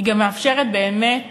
היא גם מאפשרת באמת